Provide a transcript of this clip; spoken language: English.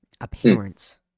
appearance